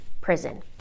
prison